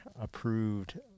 approved